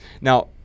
now